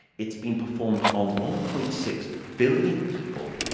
it's been performed on one point six billion people.